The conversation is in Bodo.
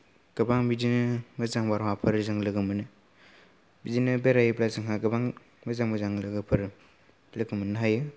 गोबां बिदिनो मोजां बारहावाफोरबो जों लोगो मोनो बिदिनो बेरायोबा जोंहा गोबां मोजां मोजां लोगोफोर लोगो मोननो हायो